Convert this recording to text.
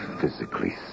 physically